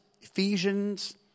Ephesians